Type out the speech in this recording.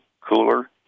cooler